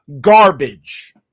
garbage